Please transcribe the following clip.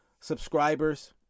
subscribers